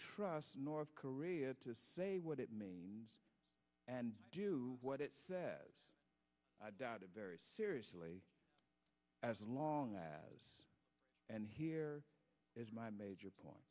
trust north korea to say what it means and do what it says i doubt it very seriously as long as and here is my major point